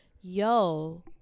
Yo